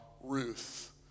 Ruth